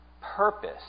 purpose